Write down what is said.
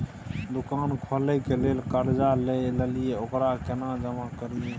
दुकान खोले के लेल कर्जा जे ललिए ओकरा केना जमा करिए?